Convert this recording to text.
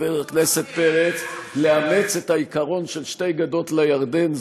חבר הכנסת פרץ לאמץ את העיקרון של שתי גדות לירדן,